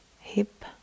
hip